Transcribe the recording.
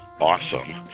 awesome